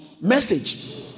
message